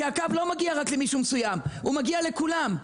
הקו לא מגיע למישהו מסוים, הוא מגיע לכולם.